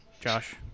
Josh